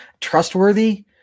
Trustworthy